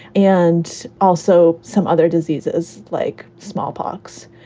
and also some other diseases like smallpox.